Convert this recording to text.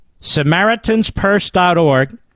SamaritansPurse.org